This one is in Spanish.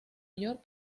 york